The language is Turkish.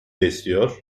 besliyor